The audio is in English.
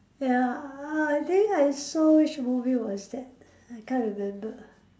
ya I think I saw which movie was that I can't remember